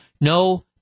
No